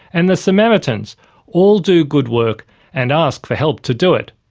and the samaritans all do good work and ask for help to do it.